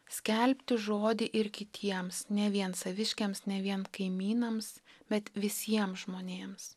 skelbti žodį ir kitiems ne vien saviškiams ne vien kaimynams bet visiem žmonėms